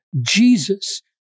Jesus